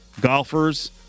golfers